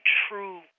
true